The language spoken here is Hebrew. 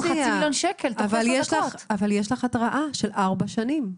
אבל יש לך התראה של ארבע שנים.